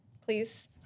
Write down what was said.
please